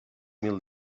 mil